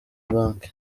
bank